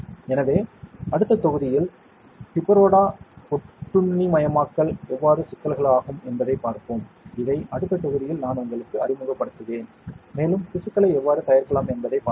எனவே அடுத்த தொகுதியில் டிபரோடோ ஒட்டுண்ணிமயமாக்கல் எவ்வாறு சிக்கல்கள் ஆகும் என்பதைப் பார்ப்போம் இதை அடுத்த தொகுதியில் நான் உங்களுக்கு அறிமுகப்படுத்துவேன் மேலும் திசுக்களை எவ்வாறு தயாரிக்கலாம் என்பதைப் பார்ப்போம்